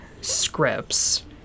scripts